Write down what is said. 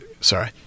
sorry